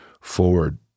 forward